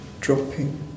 dropping